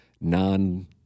non